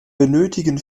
benötigen